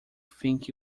think